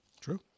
True